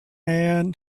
man